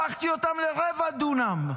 הפכתי אותם לרבע דונם,